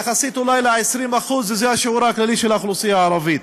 יחסית אולי ל-20% שזה השיעור הכללי של האוכלוסייה הערבית.